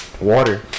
water